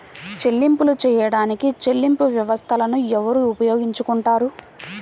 చెల్లింపులు చేయడానికి చెల్లింపు వ్యవస్థలను ఎవరు ఉపయోగించుకొంటారు?